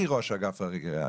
היא ראש אגף הגריאטריה.